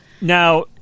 Now